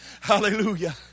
Hallelujah